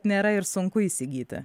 nėra ir sunku įsigyti